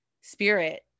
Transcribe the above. spirit